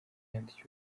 yandikiwe